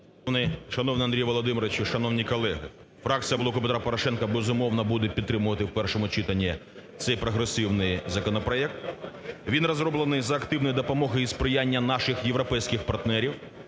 Шановний Андрію Володимировичу! Шановні колеги! Фракція "Блоку Петра Порошенка", безумовно буде підтримувати в першому читанні цей прогресивний законопроект. Він розроблений за активної допомоги і сприяння наших європейських партнерів.